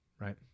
right